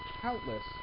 countless